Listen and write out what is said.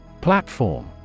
Platform